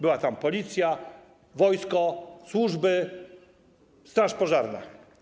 Była tam Policja, wojsko, służby, straż pożarna.